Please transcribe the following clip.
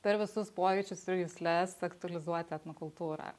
per visus pojūčius ir jusles aktualizuoti etnokultūrą